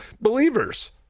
believers